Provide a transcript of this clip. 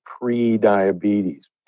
pre-diabetes